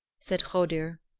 said hodur.